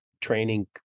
training